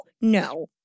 No